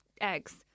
eggs